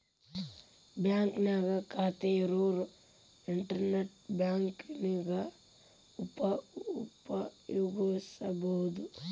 ಬಾಂಕ್ನ್ಯಾಗ ಖಾತೆ ಇರೋರ್ ಇಂಟರ್ನೆಟ್ ಬ್ಯಾಂಕಿಂಗನ ಉಪಯೋಗಿಸಬೋದು